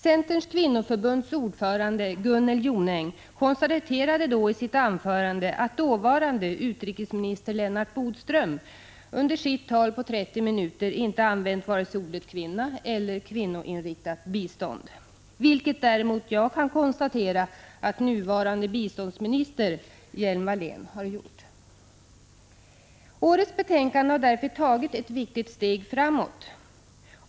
Centerns kvinnoförbunds ordförande Gunnel Jonäng konstaterade då i sitt anförande att dåvarande utrikesministern Lennart Bodström under sitt tal på 30 minuter, inte använde vare sig ordet kvinna eller uttrycket kvinnoinriktat bistånd. Jag kan konstatera att nuvarande biståndsministern Lena Hjelm-Wallén har gjort det i dag. I årets betänkande har man därför tagit ett viktigt steg framåt.